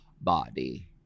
body